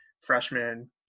freshman